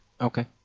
Okay